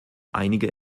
einige